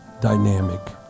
dynamic